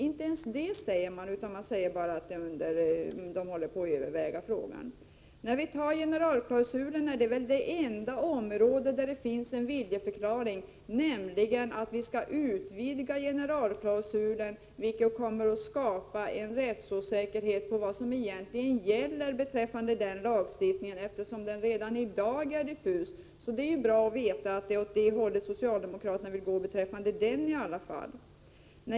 Inte ens det säger socialdemokraterna, utan de säger bara att frågan är under övervägande. Den enda fråga där socialdemokraterna har avgett en viljeförklaring är generalklausulen, en viljeförklaring som innebär att den skall utvidgas, vilket kommer att skapa en rättsosäkerhet om vad som egentligen gäller beträffande denna lagstiftning, eftersom den redan i dag är diffus. Det är ju bra att åtminstone veta att det är åt det hållet som socialdemokraterna vill gå i den frågan.